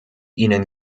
ihnen